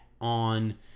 on